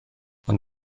ond